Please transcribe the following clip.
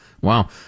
Wow